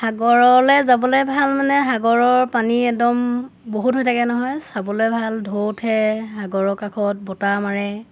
সাগৰলৈ যাবলৈ ভাল মানে সাগৰৰ পানী একদম বহুত হৈ থাকে নহয় চাবলৈ ভাল ঢৌ উঠে সাগৰৰ কাষত বতাহ মাৰে